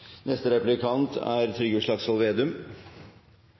Neste replikant er